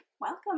Welcome